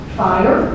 fire